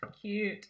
Cute